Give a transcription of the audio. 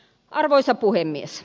arvoisa puhemies